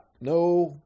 no